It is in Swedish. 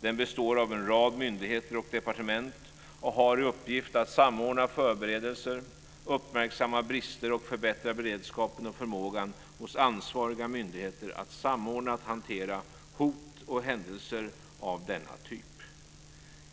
Den består av en rad myndigheter och departement och har i uppgift att samordna förberedelser, uppmärksamma brister och förbättra beredskapen och förmågan hos ansvariga myndigheter att samordna och hantera hot och händelser av denna typ.